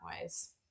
ways